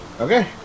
Okay